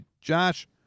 Josh